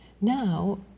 now